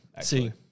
See